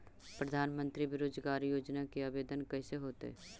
प्रधानमंत्री बेरोजगार योजना के आवेदन कैसे होतै?